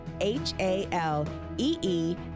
H-A-L-E-E